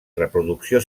reproducció